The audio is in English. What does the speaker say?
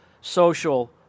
social